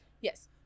yes